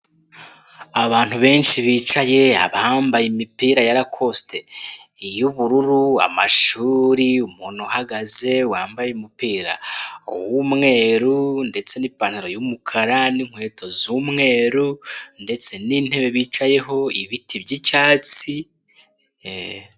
Abantu benshi bicaye, abambaye imipira ya lakosite y'ubururu, amashuri, umuntu uhagaze wambaye umupira w'umweru, ndetse n'ipantaro y'umukara, n'inkweto z'umweru, ndetse n'intebe bicayeho, ibiti byicyatsi.